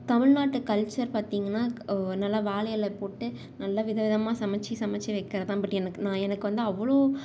தமிழ்நாட்டு கல்ச்சர் பார்த்தீங்கன்னா நல்லா வாழை இல போட்டு நல்ல விதவிதமாக சமைத்து சமைத்து வைக்கிறதுதான் பட் எனக்கு நான் எனக்கு வந்து அவ்வளோ